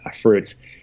fruits